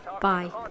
Bye